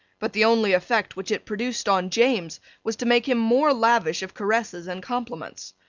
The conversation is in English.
but the only effect which it produced on james was to make him more lavish of caresses and compliments.